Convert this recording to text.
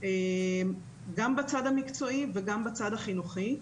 גם בצד המקצועי וגם בצד החינוכי,